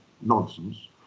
nonsense